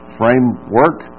framework